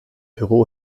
büro